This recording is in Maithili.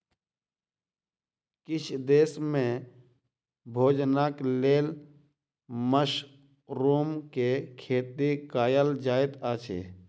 किछ देस में भोजनक लेल मशरुम के खेती कयल जाइत अछि